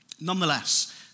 Nonetheless